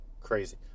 Crazy